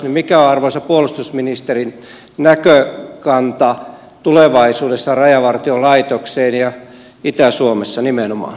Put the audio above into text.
mikä on arvoisan puolustusministerin näkökanta rajavartiolaitokseen tulevaisuudessa ja itä suomessa nimenomaan